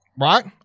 Right